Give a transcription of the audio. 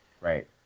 right